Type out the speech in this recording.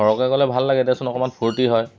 সৰহকৈ গ'লে ভাল লাগে দেচোন অকণমান ফূৰ্তি হয়